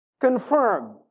confirm